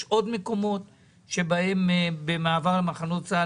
יש עוד מקומות שבהם במעבר מחנות צה"ל